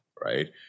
right